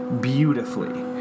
beautifully